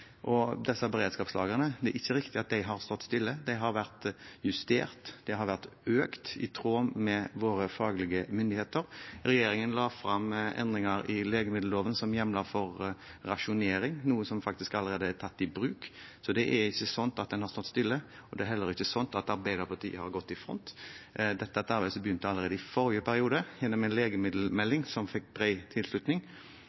er det ikke riktig at de har stått stille. De har vært justert og økt i tråd med råd fra våre faglige myndigheter. Regjeringen la frem endringer i legemiddelloven som hjemler for rasjonering, noe som faktisk allerede er tatt i bruk. Det er ikke slik at man har stått stille. Det er heller ikke slik at Arbeiderpartiet har gått i front. Dette er et arbeid som begynte allerede i forrige periode, gjennom en